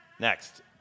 Next